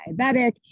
diabetic